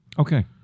Okay